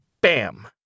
bam